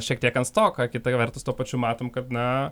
šiek tiek ankstoka kita vertus tuo pačiu matome kad na